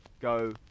go